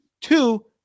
Two